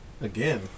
Again